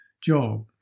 job